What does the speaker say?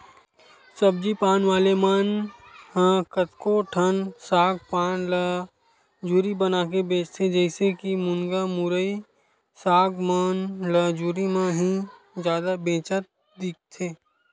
सब्जी पान वाले मन ह कतको ठन साग पान ल जुरी बनाके बेंचथे, जइसे के मुनगा, मुरई, साग मन ल जुरी म ही जादा बेंचत दिखथे